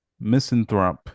misanthrope